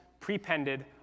prepended